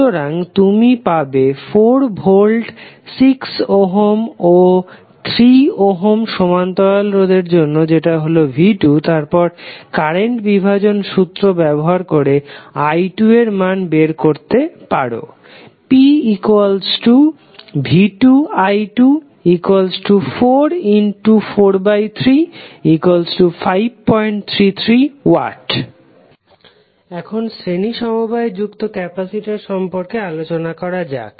সুতরাং তুমি পাবে 4 ভোল্ট 6 ওহম ও 3 ওহম সমান্তরাল রোধের জন্য যেটা হলো v2 তারপর কারেন্ট বিভাজন সূত্র ব্যবহার করে i2 এর মান বের করতে পারো Pv2i2443533W এখন শ্রেণী সমবায়ে যুক্ত ক্যাপাসিটর সম্পর্কে আলোচনা করা যাক